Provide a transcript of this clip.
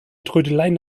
trödeleien